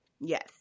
Yes